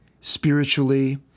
spiritually